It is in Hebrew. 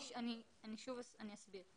אני שוב אסביר.